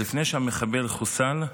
עוד לפני שהמחבל חוסל,